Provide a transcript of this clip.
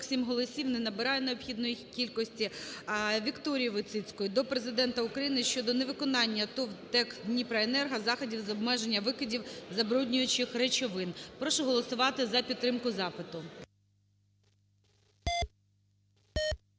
47 голосів, не набирає необхідної кількості. ВікторіїВойціцької до Президента України щодо невиконанняТОВ "ДТЕК Дніпроенерго" заходів з обмеження викидів забруднюючих речовин. Прошу голосувати за підтримку запиту.